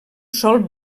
sol